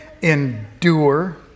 endure